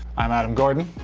i'm adam gordon,